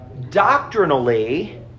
Doctrinally